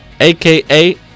AKA